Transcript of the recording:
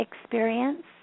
experience